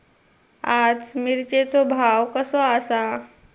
आज मिरचेचो भाव कसो आसा?